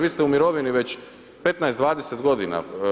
Vi ste u mirovini već 15, 20 godina.